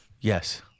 Yes